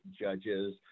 judges